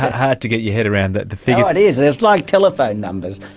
hard to get your head around the the figures! it is, it's like telephone numbers!